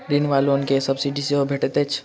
ऋण वा लोन केँ सब्सिडी सेहो भेटइत अछि की?